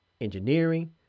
engineering